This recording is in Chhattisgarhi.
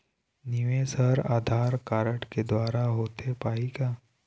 निवेश हर आधार कारड के द्वारा होथे पाही का?